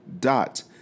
dot